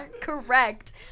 Correct